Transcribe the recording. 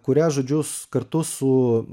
kurią žodžius kartu su